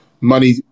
money